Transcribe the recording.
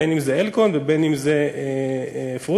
אם "אלקון" ואם "פרוטרום",